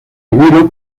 vinilo